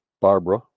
Barbara